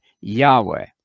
Yahweh